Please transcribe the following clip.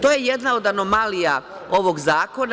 To je jedna od anomalija ovog zakona.